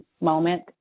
moment